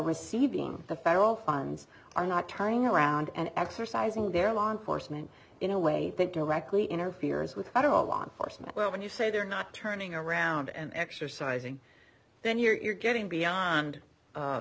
receiving the federal funds are not tying around and exercising their law enforcement in a way that directly interferes with federal law enforcement but when you say they're not turning around and exercising then you're getting beyond